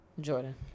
Jordan